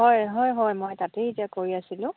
হয় হয় হয় মই তাতেই এতিয়া কৰি আছিলোঁ